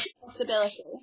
possibility